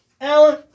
Alan